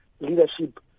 leadership